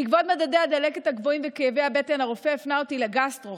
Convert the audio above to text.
בעקבות מדדי הדלקת הגבוהים וכאבי הבטן הרופא הפנה אותי לגסטרו.